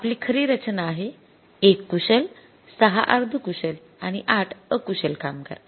आपली खरी रचना आहे 1 कुशल 6 अर्धकुशल आणि 8 अकुशल कामगार